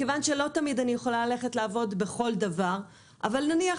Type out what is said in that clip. לא תמיד אני יכולה לעבוד בכל דבר אבל נניח